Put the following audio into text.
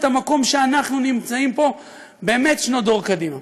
המקום שאנחנו נמצאים בו באמת שנות דור קדימה.